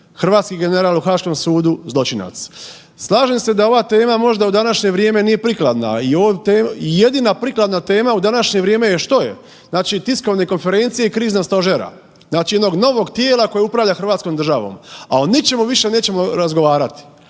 hrvatski general u Haškom sudu zločinac. Slažem se da je ova tema možda u današnje vrijeme nije prikladna, jedina prikladna tema u današnje vrijeme je što je, znači tiskovne konferencije kriznog stožera, znači jednog novog tijela koje upravlja Hrvatskom državom, a o ničemu više nećemo razgovarati,